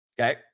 Okay